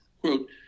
Quote